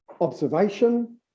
observation